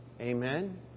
Amen